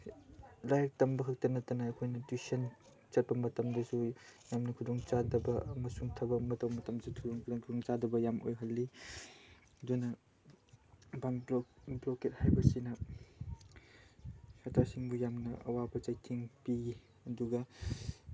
ꯂꯥꯏꯔꯤꯛ ꯇꯝꯕꯈꯛꯇ ꯅꯠꯇꯅ ꯑꯩꯈꯣꯏꯅ ꯇ꯭ꯌꯨꯁꯟ ꯆꯠꯄ ꯃꯇꯝꯗꯁꯨ ꯌꯥꯝꯅ ꯈꯨꯗꯣꯡꯆꯥꯗꯕ ꯑꯃꯁꯨꯡ ꯊꯕꯛ ꯑꯃ ꯇꯧ ꯃꯇꯝꯗꯁꯨ ꯈꯨꯗꯣꯡꯆꯥꯗꯕ ꯌꯥꯝ ꯑꯣꯏꯍꯜꯂꯤ ꯑꯗꯨꯅ ꯕꯟ ꯕ꯭ꯂꯣꯀꯦꯠ ꯍꯥꯏꯕꯁꯤꯅ ꯁꯥꯇ꯭ꯔꯁꯤꯡꯕꯨ ꯌꯥꯝꯅ ꯑꯋꯥꯕ ꯆꯩꯊꯦꯡ ꯄꯤꯌꯦ ꯑꯗꯨꯒ